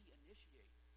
initiate